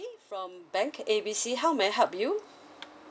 from bank A B C how may I help you